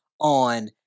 on